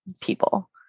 people